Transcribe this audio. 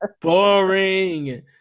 boring